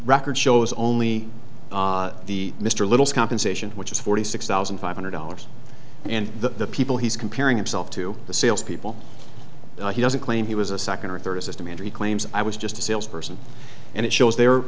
record shows only the mr little compensation which is forty six thousand five hundred dollars and the people he's comparing himself to the salespeople he doesn't claim he was a second or third a system and he claims i was just a salesperson and it shows their